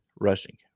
rushing